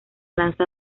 lanza